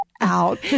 out